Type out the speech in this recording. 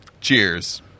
cheers